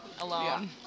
alone